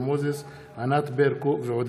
הצעת חוק הסדרים במשק המדינה (תיקוני חקיקה להשגת יעדי